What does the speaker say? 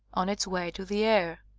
on its way to the aire,